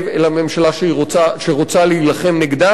אלא ממשלה שרוצה להילחם נגדם.